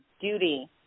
duty